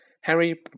Harry